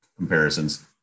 Comparisons